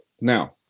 Now